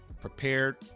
prepared